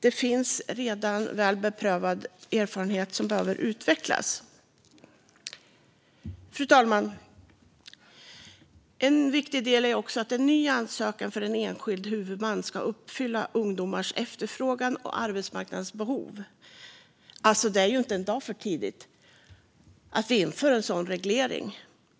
Det finns redan väl beprövad erfarenhet som behöver utvecklas. Fru talman! En viktig del är också att en ny ansökan från en enskild huvudman ska möta ungdomars efterfrågan och arbetsmarknadens behov. Det är inte en dag för tidigt att vi inför en sådan reglering.